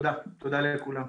תודה לכולם.